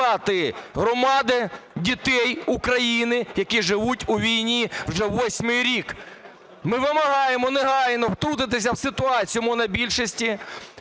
годувати громади дітей України, які живуть у війни вже восьмий рік? Ми вимагаємо негайно втрутитися в ситуацію монобільшості